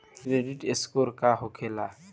Credit score का होखेला?